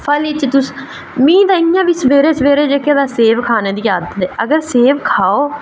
फलें च तुस मिगी ते इं'या बी सवेरे सवेरे जेह्का तां सेव खाने दी आदत ऐ ते अगर सेव खाओ